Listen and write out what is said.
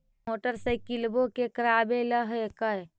मोटरसाइकिलवो के करावे ल हेकै?